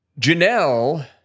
Janelle